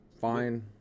fine